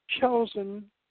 chosen